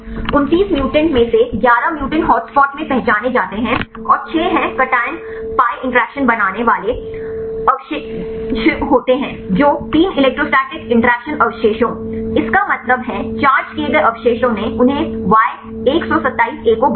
29 mutant में से 11 mutant hotspot में पहचाने जाते हैं और 6 हैं cation pi इंटरैक्शन बनाने वाले अवशेषों होते हैं जो 3 इलेक्ट्रोस्टैटिक इंटरैक्शन अवशेषों इसका मतलब है चार्ज किए गए अवशेषों ने उन्हें Y127A को बदल दिया